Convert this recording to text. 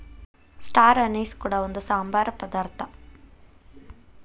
star anise ಕೂಡ ಒಂದು ಸಾಂಬಾರ ಪದಾರ್ಥ